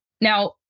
Now